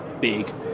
big